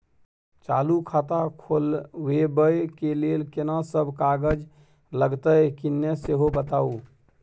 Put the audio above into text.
चालू खाता खोलवैबे के लेल केना सब कागज लगतै किन्ने सेहो बताऊ?